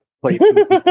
places